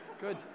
Good